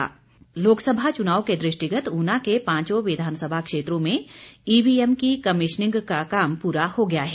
EVM Lok Sabha चुनाव के दृष्टिगत ऊना के पांचों विधानसभा क्षेत्रों में ईवीएम की कमिशनिंग का काम पूरा हो गया है